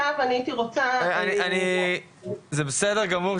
זה בסדר גמור,